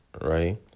right